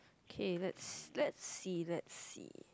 okay let's let's see let's see